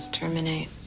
terminate